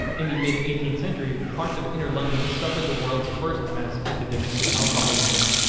in the mid eighteenth century, parts of inner london suffered the world's first mass epidemic of alcoholism.